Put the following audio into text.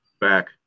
back